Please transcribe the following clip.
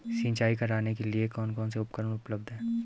सिंचाई करने के लिए कौन कौन से उपकरण उपलब्ध हैं?